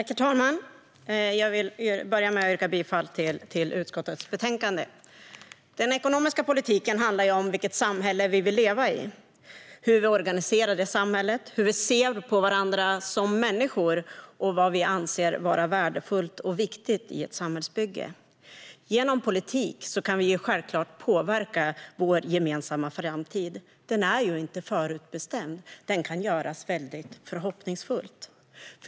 Herr talman! Jag vill börja med att yrka bifall till förslaget i utskottets betänkande. Den ekonomiska politiken handlar om vilket samhälle vi vill leva i. Den handlar om hur vi organiserar detta samhälle, hur vi ser på varandra som människor och vad vi anser vara värdefullt och viktigt i ett samhällsbygge. Genom politik kan vi självklart påverka vår gemensamma framtid; den är ju inte förutbestämd utan kan göras väldigt förhoppningsfull.